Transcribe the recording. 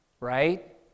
Right